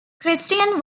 christian